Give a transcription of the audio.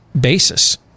basis